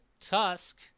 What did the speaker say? Tusk